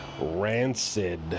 rancid